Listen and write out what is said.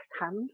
hand